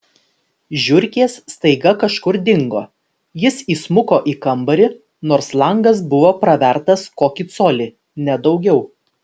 žiurkės staiga kažkur dingo jis įsmuko į kambarį nors langas buvo pravertas kokį colį ne daugiau